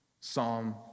Psalm